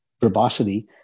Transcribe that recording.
verbosity